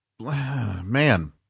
Man